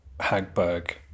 hagberg